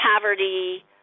poverty